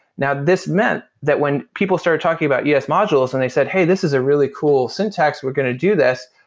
now this meant that when people started talking about yeah es modules and they said, hey, this is a really cool syntax. we're going to do this.